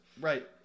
Right